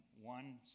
one